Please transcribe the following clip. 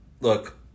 Look